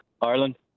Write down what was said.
Ireland